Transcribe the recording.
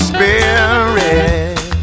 Spirit